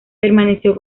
permaneció